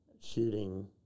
shooting